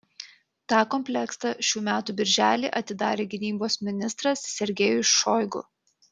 tą kompleksą šių metų birželį atidarė gynybos ministras sergejus šoigu